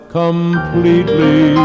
completely